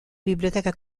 biblioteca